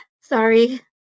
Sorry